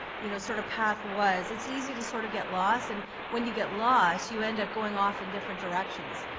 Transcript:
you know, sorta path was. it's easy to sort of get lost, and when you get lost, you end up going off in different directions.